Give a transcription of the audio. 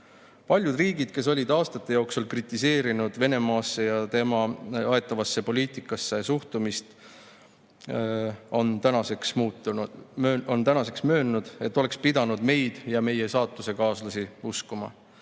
Paljud riigid, kes olid aastate jooksul kritiseerinud Venemaasse ja tema aetavasse poliitikasse suhtumist, on tänaseks möönnud, et oleks pidanud meid ja meie saatusekaaslasi uskuma.